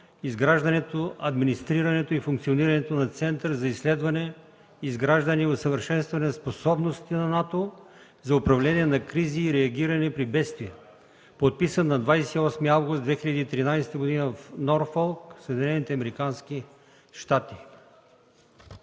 изграждането, администрирането и функционирането на Център за изследване, изграждане и усъвършенстване на способности на НАТО за управление на кризи и реагиране при бедствия, подписан на 28 август 2013 г. в Норфолк,